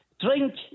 Drink